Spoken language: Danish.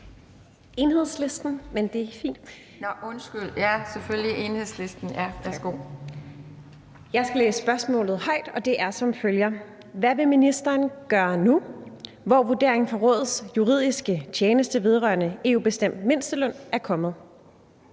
Enhedslisten. Værsgo. Kl. 17:51 Victoria Velasquez (EL): Jeg skal læse spørgsmålet højt, og det er som følger: Hvad vil ministeren gøre nu, hvor vurderingen fra Rådets juridiske tjeneste vedrørende EU-bestemt mindsteløn er kommet?